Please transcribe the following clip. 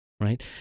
Right